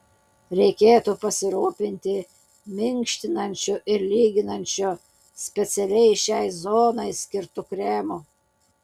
reikėtų pasirūpinti minkštinančiu ir lyginančiu specialiai šiai zonai skirtu kremu